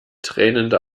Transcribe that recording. tränende